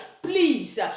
please